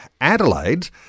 Adelaide